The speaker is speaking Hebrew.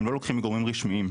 הם לא לוקחים מגורמים רשמיים,